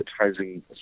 advertising